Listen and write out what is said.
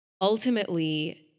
Ultimately